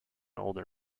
older